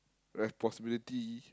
responsibility